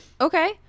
Okay